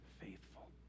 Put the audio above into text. faithful